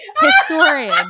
historian